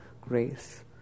grace